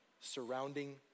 surrounding